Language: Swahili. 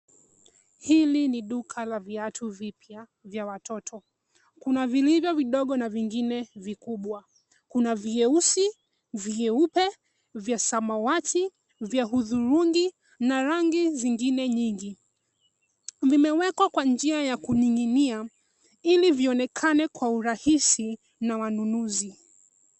Hili ni duka la viatu vipya vya watoto. Kuna vilivyo vidogo na vingine vikubwa. Kuna vyeusi, vyeupe, vya samawati, vya udhurungi na rangi zingine nyingi. Vimewekwa kwa njia ya kuning'inia ili vionekane kwa urahisi na wanunuzi.